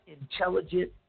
intelligent